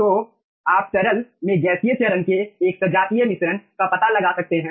तो आप तरल में गैसीय चरण के एक सजातीय मिश्रण का पता लगा सकते हैं